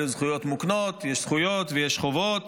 אלה זכויות מוקנות, יש זכויות ויש חובות